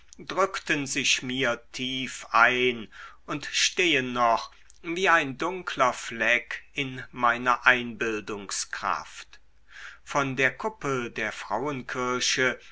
drückten sich mir tief ein und stehen noch wie ein dunkler fleck in meiner einbildungskraft von der kuppel der frauenkirche